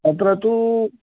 अत्र तु